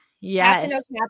Yes